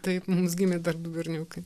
taip mums gimė dar du berniukai